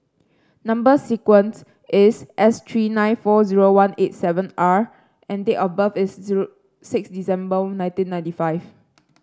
number sequence is S three nine four zero one eight seven R and date of birth is zero six December nineteen ninety five